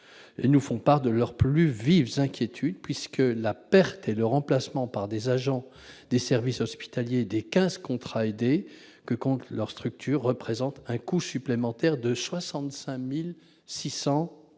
nous fait part de ses plus vives inquiétudes puisque la perte et le remplacement par des agents des services hospitaliers des quinze contrats aidés que compte cette structure représentent un coût supplémentaire de 65 600